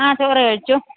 ആ ചോറ് കഴിച്ചു